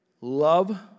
Love